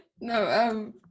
No